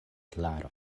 klaro